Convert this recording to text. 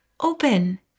open